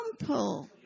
example